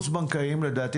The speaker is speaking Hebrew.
לדעתי,